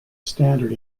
standard